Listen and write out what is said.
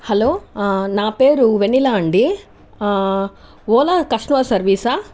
hello నా పేరు వెన్నెలా అండి ఓలా కస్టమర్ సర్వీస్ ఆ